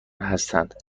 هستند